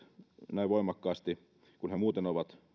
näin voimakkaasti kun he muuten ovat